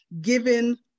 given